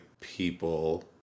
people